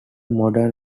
modern